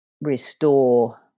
restore